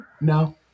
no